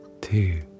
two